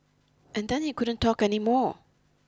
and then he couldn't talk anymore